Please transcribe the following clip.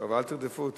אל תרדפו אותי.